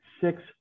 six